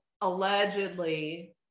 allegedly